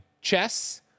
chess